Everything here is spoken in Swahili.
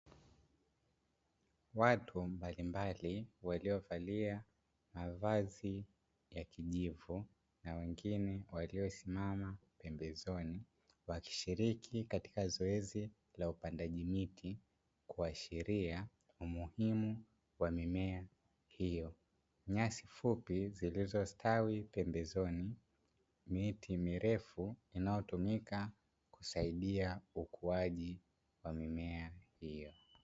Watu mbalimbali waliovalia mavazi ya kijivu na wengine waliyosimama pembezoni wakishiriki katika zoezi la upandaji miti kuashiria umuhimu wa mimea hiyo. Nyasi fupi zilizostawi pembezoni miti mirefu inayotumika kusaidia ukuaji wa mimea hiyo.